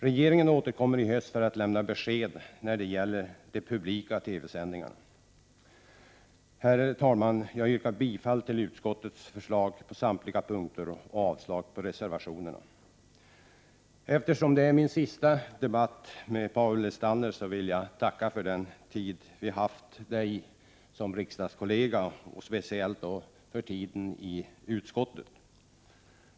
Regeringen återkommer i höst för att lämna besked om de publika TV-sändningarna. Herr talman! Jag yrkar alltså bifall till utskottets hemställan på samtliga punkter och avslag på reservationerna. Eftersom det är sista debatten med Paul Lestander vill jag tacka för den tid som vi fått ha dig som riksdagskollega, och speciellt för tiden i utskottet.